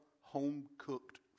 home-cooked